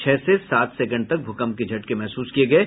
छह से सात सेकेंड तक भूकंप के झटके महसूस किये गये